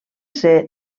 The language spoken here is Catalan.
ser